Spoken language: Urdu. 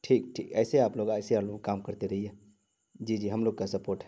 ٹھیک ٹھیک ایسے آپ لوگ ایسے اور لوگ کام کرتے رہیے جی جی ہم لوگ کا سپورٹ ہے